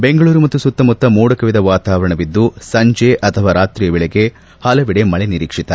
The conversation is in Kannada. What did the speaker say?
ಬೆಂಗಳೂರು ಮತ್ತು ಸುತ್ತಮುತ್ತ ಮೋಡಕವಿದ ವಾತಾವರಣವಿದ್ದು ಸಂಜೆ ಅಥವಾ ರಾತ್ರಿಯ ವೇಳೆಗೆ ಹಲವೆಡೆ ಮಳೆ ನಿರೀಕ್ಷಿತ